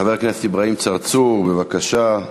חבר הכנסת אברהים צרצור, בבקשה,